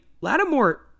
Lattimore